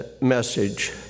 message